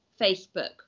Facebook